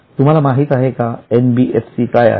तुम्हाला माहित आहे का NBFC काय आहे